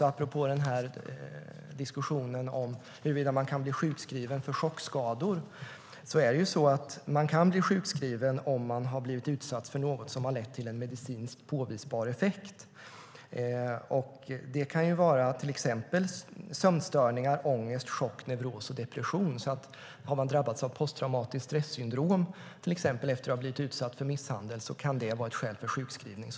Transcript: Apropå diskussionen huruvida man kan bli sjukskriven för chockskador kan man bli sjukskriven om man blivit utsatt för något som har lett till en medicinskt påvisbar effekt. Det kan till exempel vara sömnstörningar, ångest, chock, neuros och depression. Har man drabbats av posttraumatiskt stressyndrom efter att till exempel ha blivit utsatt för misshandel kan det vara ett skäl för sjukskrivning.